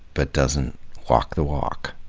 but doesn't walk the walk.